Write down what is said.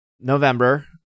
November